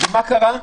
מה קרה?